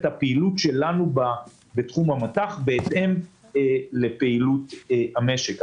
הפעילות שלנו בתחום המט"ח בהתאם לפעילות המשק.